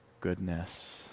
goodness